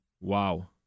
Wow